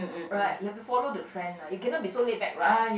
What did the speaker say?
right you have to follow the trend right you cannot be so laid back right